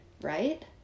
Right